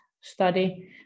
study